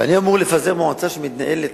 ואני אמור לפזר מועצה שמתנהלת